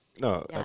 No